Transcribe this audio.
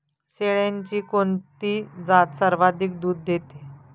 शेळ्यांची कोणती जात सर्वाधिक दूध देते?